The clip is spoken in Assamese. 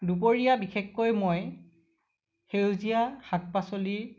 দুপৰীয়া বিশেষকৈ মই সেউজীয়া শাক পাচলি